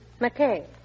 McKay